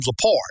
apart